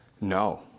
No